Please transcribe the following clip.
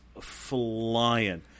flying